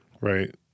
Right